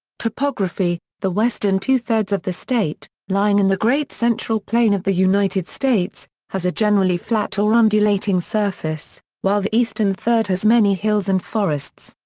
topography the western two-thirds of the state, lying in the great central plain of the united states, has a generally flat or undulating surface, while the eastern third has many hills and forests.